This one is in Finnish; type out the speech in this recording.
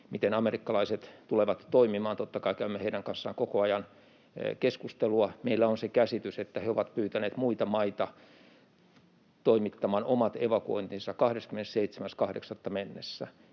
miten amerikkalaiset tulevat toimimaan. Totta kai käymme heidän kanssaan koko ajan keskustelua. Meillä on se käsitys, että he ovat pyytäneet muita maita toimittamaan omat evakuointinsa 27.8. mennessä